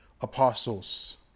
apostles